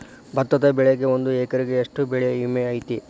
ಭತ್ತದ ಬೆಳಿಗೆ ಒಂದು ಎಕರೆಗೆ ಎಷ್ಟ ಬೆಳೆ ವಿಮೆ ಐತಿ?